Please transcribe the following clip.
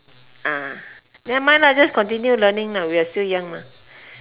ah never mind lah just continue learning lah we are still young mah